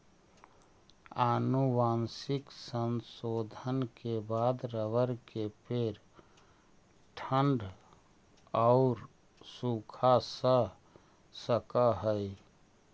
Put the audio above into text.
आनुवंशिक संशोधन के बाद रबर के पेड़ ठण्ढ औउर सूखा सह सकऽ हई